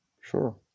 Sure